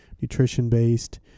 nutrition-based